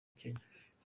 kenya